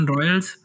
Royals